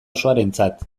osoarentzat